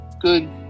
good